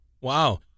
Wow